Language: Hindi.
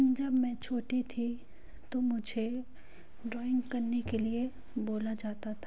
जब मैं छोटी थी तो मुझे ड्राॅइंग करने के लिए बोला जाता था